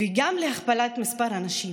וגם להכפלת מספר הנשים.